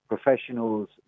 professionals